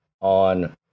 on